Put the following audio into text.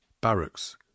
barracks